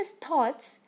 thoughts